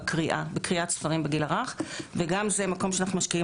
ב-2016 מכון ון ליר יחד עם המועצה להשכלה